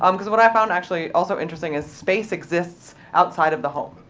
um because what i found actually also interesting is, space exists outside of the home.